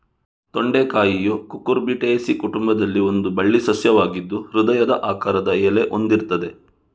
ತೊಂಡೆಕಾಯಿಯು Cucurbitaceae ಕುಟುಂಬದಲ್ಲಿ ಒಂದು ಬಳ್ಳಿ ಸಸ್ಯವಾಗಿದ್ದು ಹೃದಯದ ಆಕಾರದ ಎಲೆ ಹೊಂದಿರ್ತದೆ